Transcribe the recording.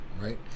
right